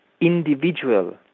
individual